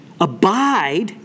Abide